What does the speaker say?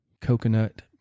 coconut